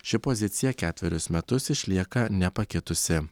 ši pozicija ketverius metus išlieka nepakitusi